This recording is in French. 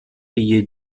payé